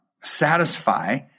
satisfy